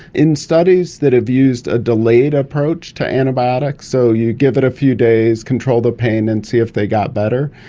in studies that have used a delayed approach to antibiotics, so you give it a few days, control the pain and see if they got better,